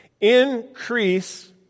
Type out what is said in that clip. increase